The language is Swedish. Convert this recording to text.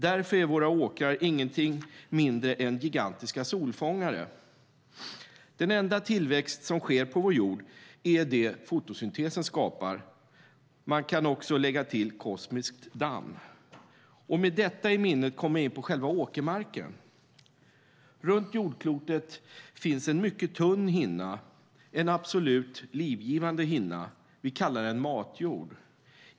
Därför är våra åkrar ingenting mindre än gigantiska solfångare. Den enda tillväxt som sker på vår jord är den som fotosyntesen skapar. Man kan också lägga till kosmiskt damm. Med detta i minnet kommer jag in på själva åkermarken. Runt jordklotet finns en mycket tunn hinna, en absolut livgivande hinna. Vi kallar den matjord.